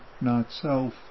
not-self